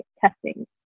testing